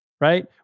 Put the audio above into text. right